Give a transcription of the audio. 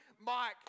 Mike